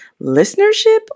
listenership